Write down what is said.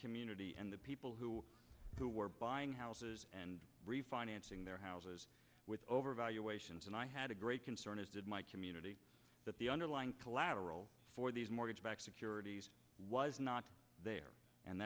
community and the people who who were buying houses and refinancing their houses with over valuations and i had a great concern as did my community that the underlying collateral for these mortgage backed securities was not there and